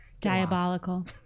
Diabolical